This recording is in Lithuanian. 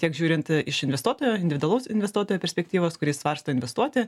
tiek žiūrint iš investuotojo individualaus investuotojo perspektyvos kuris svarsto investuoti